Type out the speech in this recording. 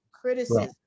Criticism